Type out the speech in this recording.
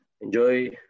enjoy